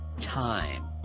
time